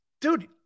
dude